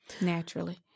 naturally